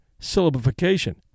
syllabification